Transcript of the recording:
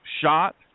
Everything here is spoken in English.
shot